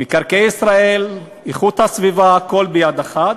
מקרקעי ישראל, איכות הסביבה, הכול ביד אחת.